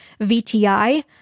VTI